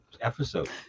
episode